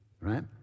right